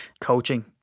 coaching